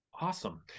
Awesome